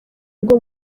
bwo